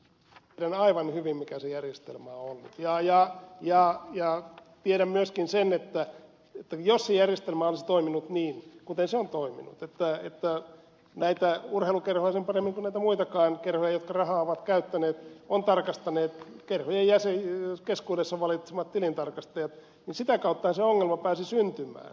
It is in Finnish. tiedän aivan hyvin mikä se järjestelmä on ollut ja tiedän myöskin sen että kun se järjestelmä on toiminut kuten se on toiminut että näitä urheilukerhoja kuten muitakin kerhoja jotka rahaa ovat käyttäneet ovat tarkastaneet kerhojen keskuudestaan valitsemat tilintarkastajat niin sitä kauttahan se ongelma pääsi syntymään